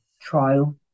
trial